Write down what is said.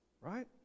right